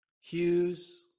Hughes